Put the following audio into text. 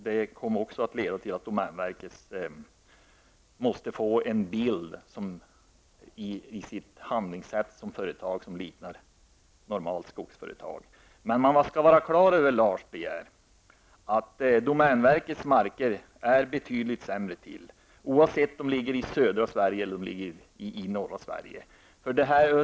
Det kommer också att leda till att domänverket i sitt handlingssätt måste likna ett normalt skogsföretag. Men man skall ha klart för sig, Lars De Geer, att domänverkets marker ligger betydligt sämre till än andras, oavsett om de ligger i södra Sverige eller i norra Sverige.